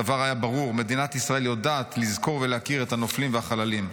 הדבר היה ברור: מדינת ישראל יודעת לזכור ולהוקיר את הנופלים והחללים,